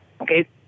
Okay